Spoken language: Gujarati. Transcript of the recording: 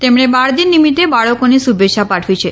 તેમણે બાળદિન નિમિત્તે બાળકોને શુભેચ્છા પાઠવી છે